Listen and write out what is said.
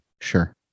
sure